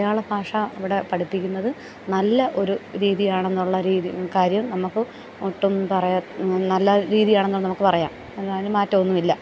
മലയാളഭാഷ അവിടെ പഠിപ്പിക്കുന്നത് നല്ല ഒരു രീതി ആണെന്നുള്ള കാര്യം നമുക്ക് ഒട്ടും നല്ല രീതി ആണെന്ന് നമുക്ക് പറയാം അതിനു മാറ്റമൊന്നുമില്ല